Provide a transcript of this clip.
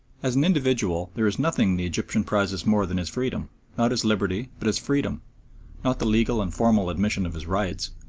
as an individual there is nothing the egyptian prizes more than his freedom not his liberty, but his freedom not the legal and formal admission of his rights,